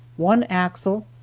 one axle,